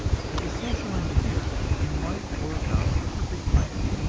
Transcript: as a social engineer you might work out a perfect plan,